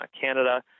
Canada